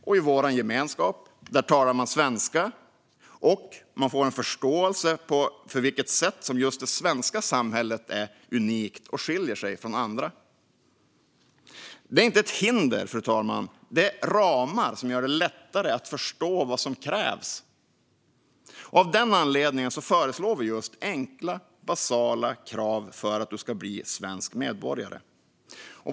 Och i vår gemenskap talar man svenska och får en förståelse för på vilka sätt just det svenska samhället är unikt och skiljer sig från andra. Detta är inte ett hinder, utan detta är ramar som gör det lättare att förstå vad som krävs. Av den anledningen föreslår vi enkla, basala krav för den som ska bli svensk medborgare.